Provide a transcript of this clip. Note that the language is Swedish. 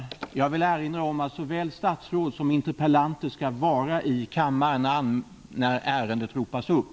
Jag vill erinra om att såväl statsråd som interpellanter skall vara i kammaren när ärendet ropas upp.